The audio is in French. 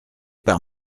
par